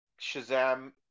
Shazam